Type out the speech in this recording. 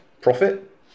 profit